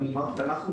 כל יום